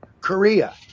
Korea